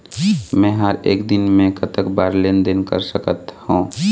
मे हर एक दिन मे कतक बार लेन देन कर सकत हों?